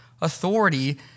authority